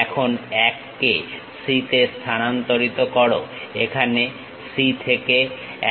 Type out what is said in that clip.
এখন 1 কে C তে স্থানান্তরিত করো এখানে C থেকে 1 এ